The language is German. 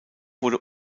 wurde